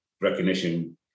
recognition